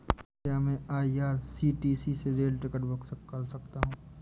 क्या मैं आई.आर.सी.टी.सी से रेल टिकट बुक कर सकता हूँ?